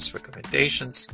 recommendations